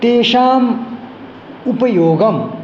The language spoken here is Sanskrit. तेषाम् उपयोगं